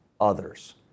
others